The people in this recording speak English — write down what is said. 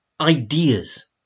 ideas